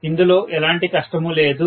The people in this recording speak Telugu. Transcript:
ఇందులో ఎలాంటి కష్టము లేదు